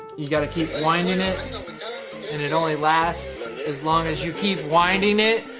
you gotta keep winding it and it only lasts as long as you keep winding it.